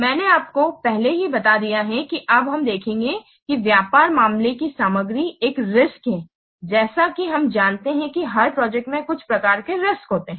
मैंने आपको पहले ही बता दिया है कि अब हम देखेंगे कि व्यापार मामले की सामग्री एक रिस्क है जैसा की हम जानते हैं कि हर प्रोजेक्ट में कुछ प्रकार के रिस्क होते हैं